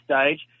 stage